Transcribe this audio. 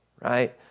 right